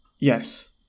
Yes